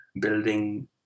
building